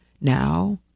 now